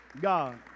God